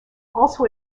also